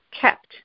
kept